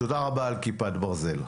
תודה רבה על כיפת ברזל.